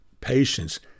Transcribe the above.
patience